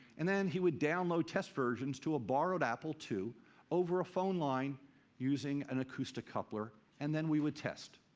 and then he would download test versions to a borrowed apple ii over a phone line using an acoustic coupler, and then we would test.